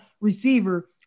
receiver